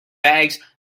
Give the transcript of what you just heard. bags